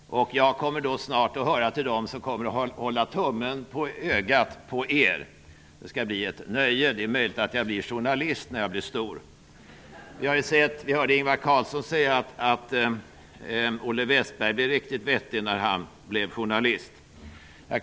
Jag kommer snart att höra till dem som håller tummen på ögat på er. Det skall bli ett nöje. Det är möjligt att jag blir journalist när jag blir stor. Vi hörde Ingvar Carlsson säga att Olle Wästberg blev riktigt vettig när han blev journalist.